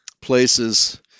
places